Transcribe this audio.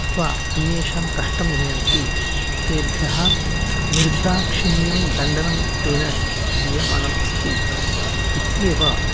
अथ्वा अन्येषां कष्टं जनयन्ति तेभ्यः निर्दाक्षिण्यं दण्डनं तेन दीयमानम् अस्ति इत्येव